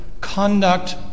conduct